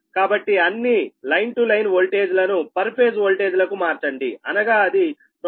కాబట్టి అన్ని line to line voltage లను పర్ ఫేజ్ వోల్టేజ్ లకు మార్చండి అనగా అది 127